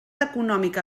econòmica